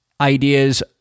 ideas